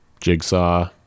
jigsaw